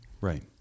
Right